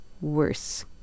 worse